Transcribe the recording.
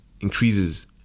increases